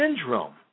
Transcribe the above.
syndrome